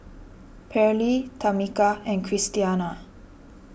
Pairlee Tamika and Christiana